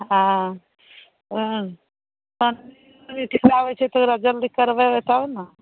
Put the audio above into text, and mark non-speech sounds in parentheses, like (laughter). हँ (unintelligible) पानिमे (unintelligible) ओकरा जल्दी करबैबे तब ने